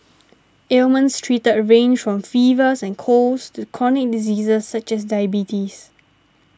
Ailments treated range from fevers and colds to chronic diseases such as diabetes